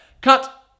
Cut